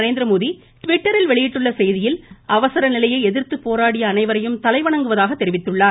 நரேந்திரமோடி ட்விட்டரில் வெளியிட்டுள்ள செய்தியில் அவசர நிலையை எதிர்த்து போராடிய அனைவரையும் தலைவணங்குவதாக தெரிவித்துள்ளார்